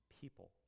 people